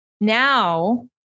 now